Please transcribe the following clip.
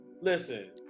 Listen